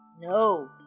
No